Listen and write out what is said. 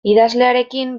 idazlearekin